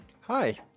Hi